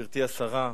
גברתי השרה,